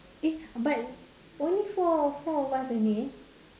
eh but only four for us only